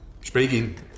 Speaking